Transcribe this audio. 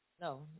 No